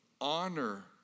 honor